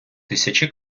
тисячі